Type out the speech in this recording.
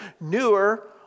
newer